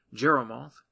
Jeremoth